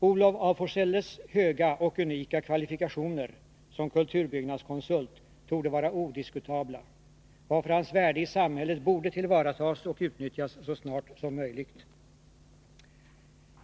Olof af Forselles höga och unika kvalifikationer som kulturbyggnadskonsult torde vara odiskutabla, varför hans värde i samhället borde tillvaratas och utnyttjas så snart som möjligt.